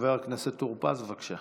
חבר הכנסת טור פז, בבקשה.